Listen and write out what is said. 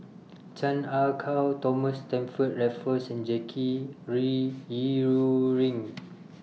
Chan Ah Kow Thomas Stamford Raffles and Jackie re Yi Ru Ying